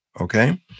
Okay